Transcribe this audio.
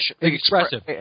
expressive